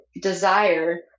desire